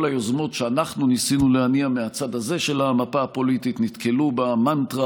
כל היוזמות שאנחנו ניסינו להניע מהצד הזה של המפה הפוליטית נתקלו במנטרה